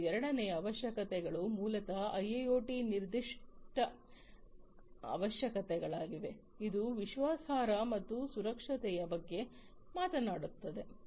ಮತ್ತು ಎರಡನೆಯ ಅವಶ್ಯಕತೆಗಳು ಮೂಲತಃ ಐಐಒಟಿ ನಿರ್ದಿಷ್ಟ ಅವಶ್ಯಕತೆಗಳಾಗಿವೆ ಇದು ವಿಶ್ವಾಸಾರ್ಹತೆ ಮತ್ತು ಸುರಕ್ಷತೆಯ ಬಗ್ಗೆ ಮಾತನಾಡುತ್ತದೆ